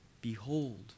Behold